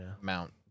Mount